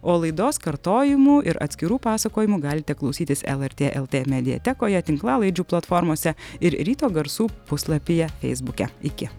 o laidos kartojimų ir atskirų pasakojimų galite klausytis lrt lt mediatekoje tinklalaidžių platformose ir ryto garsų puslapyje feisbuke iki